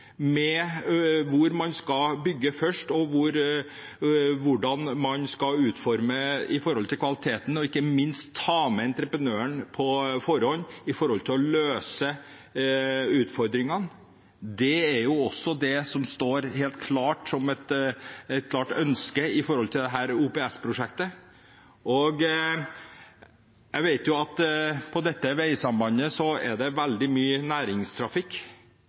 med hensyn til kvaliteten, og ikke minst at man skal ta med entreprenøren på forhånd for å løse utfordringene, står jo helt klart som et ønske i dette OPS-prosjektet. Jeg vet at det på dette veisambandet er veldig mye næringstrafikk,